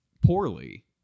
poorly